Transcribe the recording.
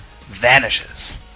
vanishes